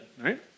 right